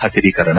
ಹಸಿರೀಕರಣ